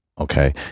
okay